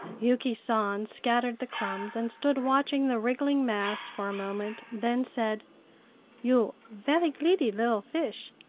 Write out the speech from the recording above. yuki san scattered the crumbs and stood watching the wriggling mass for a moment, then said you ve'y greedy li'l fish.